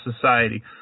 society